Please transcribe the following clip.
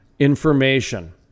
information